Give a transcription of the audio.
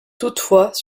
toutefois